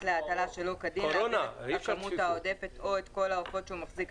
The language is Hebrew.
להטלה שלא כדין להעביר את הכמות העודפת או את כל העופות שהוא מחזיק,